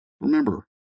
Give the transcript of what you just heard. remember